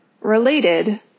related